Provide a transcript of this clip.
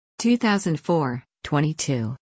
2004-22